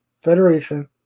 federation